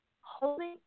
holding